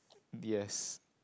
B_S